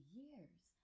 years